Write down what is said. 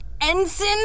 ensign